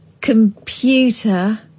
computer